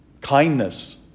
kindness